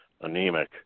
anemic